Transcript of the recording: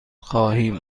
خواهیم